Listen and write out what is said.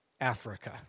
Africa